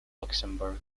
luxembourg